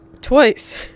Twice